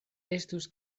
estus